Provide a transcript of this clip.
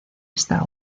esta